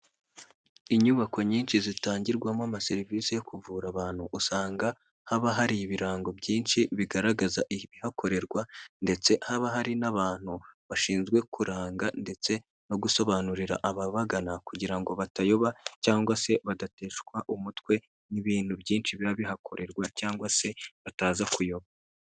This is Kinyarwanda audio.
Inyubako nyinshi zitangirwamo amaserivisi yo kuvura abantu, usanga haba hari ibirango byinshi bigaragaza ibihakorerwa ndetse haba hari n'abantu bashinzwe kuranga ndetse no gusobanurira ababagana kugira ngo batayoba cyangwa se badateshwa umutwe n'ibintu byinshi biba bihakorerwa cyangwa se bataza kuyoba.